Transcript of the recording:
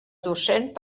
docent